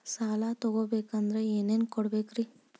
ಸಾಲ ತೊಗೋಬೇಕಂದ್ರ ಏನೇನ್ ಕೊಡಬೇಕ್ರಿ?